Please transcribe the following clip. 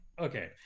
Okay